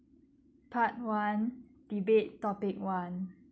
part one debate topic one